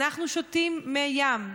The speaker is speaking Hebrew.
אנחנו שותים מי ים מותפלים.